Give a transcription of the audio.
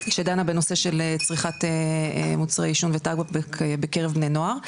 שדנה בנושא של צריכת מוצרי עישון וטבק בקרב בני נוער.